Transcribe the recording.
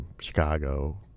Chicago